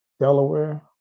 Delaware